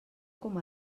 com